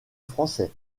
français